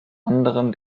anderem